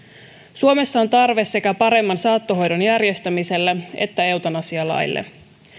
suomessa on tarve sekä paremman saattohoidon järjestämiselle että eutanasialaille